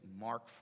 Mark